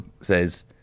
says